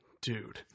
dude